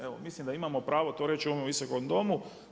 Evo mislim da imamo pravo to reći u ovom Visokom domu.